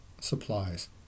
supplies